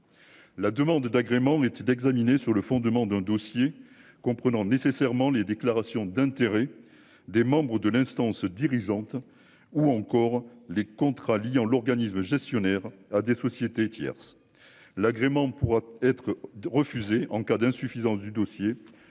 La demande d'agrément était d'examiner sur le fondement d'un dossier comprenant nécessairement les déclarations d'intérêts des membres de l'instance dirigeante. Ou encore les contrats liant l'organisme gestionnaire à des sociétés tierces l'agrément pourra être refusée en cas d'insuffisance du dossier